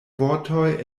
vortoj